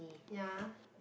ya